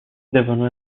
devono